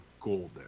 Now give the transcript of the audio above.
golden